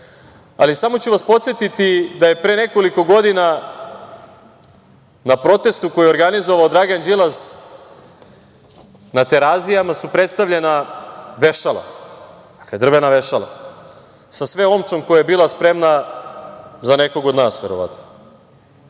ali samo ću vas podsetiti da je pre nekoliko godina na protestu koji je organizovao Dragan Đilas na Terazijama su predstavljena vešala, dakle drvena vešala, sa sve omčom koja je bila spremna za nekog od nas, verovatno.